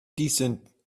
decent